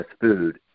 food